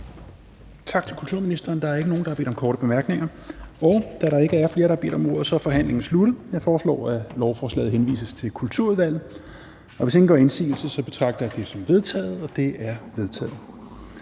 Tak til kulturministeren. Der er ikke nogen, der har bedt om korte bemærkninger. Da der ikke er flere, der har bedt om ordet, er forhandlingen sluttet. Jeg foreslår, at lovforslaget henvises til Kulturudvalget. Hvis ingen gør indsigelse, betragter jeg dette som vedtaget. Det er vedtaget.